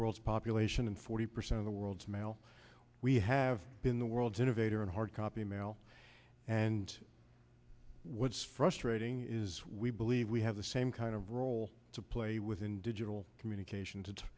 world's population and forty percent of the world's mail we have been the world's innovator in hardcopy mail and what's frustrating is we believe we have the same kind of role to play within digital communications it's